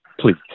Please